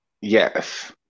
Yes